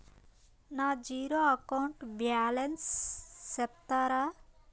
నా zero account balance సెప్తారా?